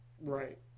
right